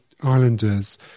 Islanders